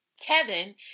kevin